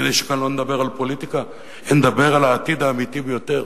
כדי שכאן לא נדבר על פוליטיקה ונדבר על העתיד האמיתי ביותר,